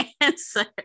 answer